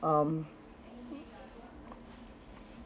um